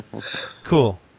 Cool